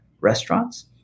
restaurants